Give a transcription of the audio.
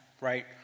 right